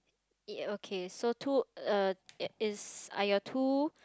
okay so two err is are your two